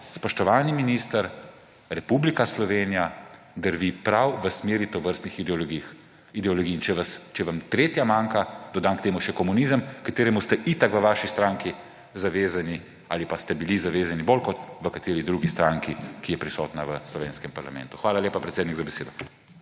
spoštovani minister, Republika Slovenija drvi prav v smeri tovrstnih ideologij. In če vam tretja manjka, dodam k temu še komunizem, kateremu ste itak v vaši stranki zavezani ali pa ste bili zavezani bolj kot v kateri drugi stranki, ki je prisotna v slovenskem parlamentu. Hvala lepa, predsednik, za besedo.